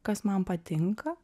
kas man patinka